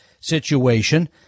situation